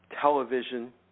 television